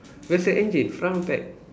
where's your engine front or back